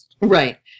right